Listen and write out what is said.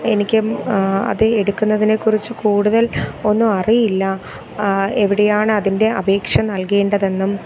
എനിക്ക് അത് എടുക്കുന്നതിനേക്കുറിച്ച് കൂടുതൽ ഒന്നും അറിയില്ല എവിടെയാണതിൻ്റെ അപേക്ഷ നൽകേണ്ടതെന്നും